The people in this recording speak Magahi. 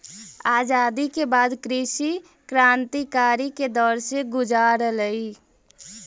आज़ादी के बाद कृषि क्रन्तिकारी के दौर से गुज़ारलई